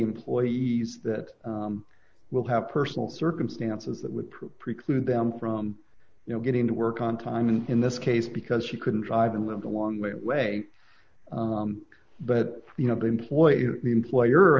employees that will have personal circumstances that would prove preclude them from you know getting to work on time and in this case because she couldn't drive and lived a long way away but you know the employer the employer